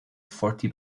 forty